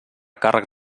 càrrec